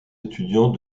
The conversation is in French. étudiants